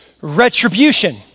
retribution